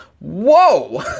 Whoa